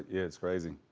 it's crazy.